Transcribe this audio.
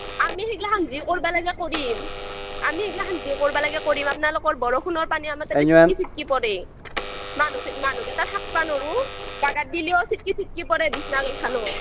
আমি সেইগ্লাখান যি কৰ্বা লাগ্লি কৰিম আমি ইগ্লাখান কৰ্বা লাগলি কৰিম আপ্নালোকৰ বৰষুণৰ পানী আমাৰ তাতে চিট্কি চিট্কি পৰে মানুহ মানুহকেইটা থাকপা নৰু বাগাৰ দিলিও চিট্কি চিট্কি পৰে বিছ্নাখানত